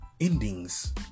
endings